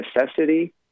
necessity